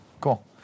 Cool